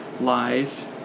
lies